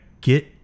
get